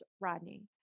Rodney